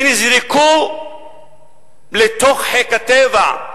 שנזרקו לתוך "חיק הטבע"